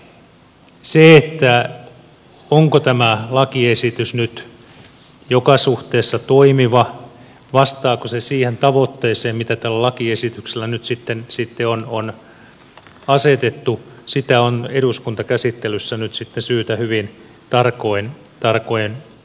sitä onko tämä lakiesitys nyt joka suhteessa toimiva vastaako se siihen tavoitteeseen mitä tälle lakiesitykselle nyt sitten on asetettu on eduskuntakäsittelyssä nyt sitten syytä hyvin tarkoin pohtia